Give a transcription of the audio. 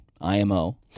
IMO